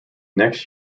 next